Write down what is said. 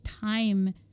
time